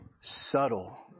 subtle